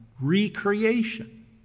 recreation